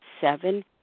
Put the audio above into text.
seven